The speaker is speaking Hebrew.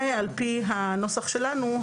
ועל פי הנוסח שלנו,